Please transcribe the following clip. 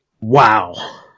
Wow